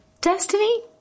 Destiny